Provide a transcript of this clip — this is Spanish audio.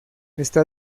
está